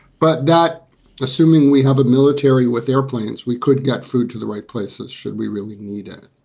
but that assuming we have a military with airplanes, we could get food to the right places. should we really need it?